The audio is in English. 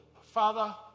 Father